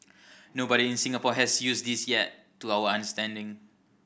nobody in Singapore has used this yet to our understanding